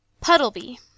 Puddleby